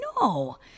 No